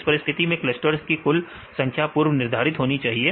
इस परिस्थिति में क्लस्टर्स की कुल संख्या पूर्व निर्धारित होनी चाहिए